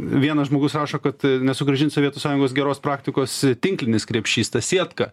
vienas žmogus rašo kad nesugrąžins sovietų sąjungos geros praktikos tinklinis krepšys ta sietka